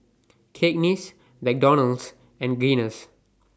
Cakenis McDonald's and Guinness